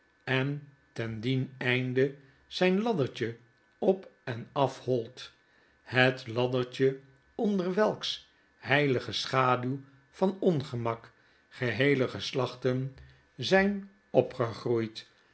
en ten dien einde zyn laddertje op en afholt het laddertje onder welks heilige schaduw van ongemakgeheele geslachten zyn opgegroeid